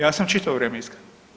Ja sam čitavo vrijeme iskren.